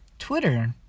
Twitter